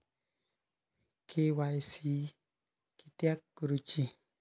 KYC किदयाक करूची?